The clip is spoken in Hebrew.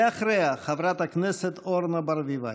ואחריה, חברת הכנסת אורנה ברביבאי.